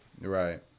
right